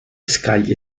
scaglie